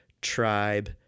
tribe